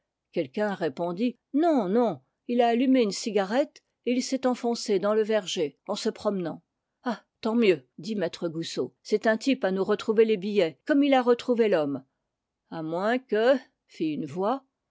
quelqu'un répondit non non il a allumé une cigarette et il s'est enfoncé dans le verger en se promenant ah tant mieux dit maître goussot c'est un type à nous retrouver les billets comme il a retrouvé l'homme à moins que fit une voix